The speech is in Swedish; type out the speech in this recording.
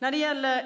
När det gäller